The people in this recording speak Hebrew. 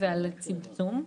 ועל צמצום,